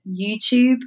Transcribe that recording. youtube